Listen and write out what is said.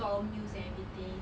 STOMP news and everything